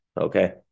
Okay